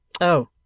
Oh